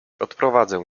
odprowadzę